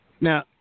Now